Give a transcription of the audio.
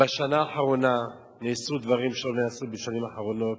בשנה האחרונה נעשו דברים שלא נעשו בשנים האחרונות,